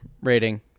rating